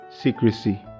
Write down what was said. secrecy